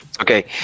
Okay